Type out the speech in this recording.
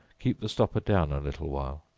keep the stopper down a little while.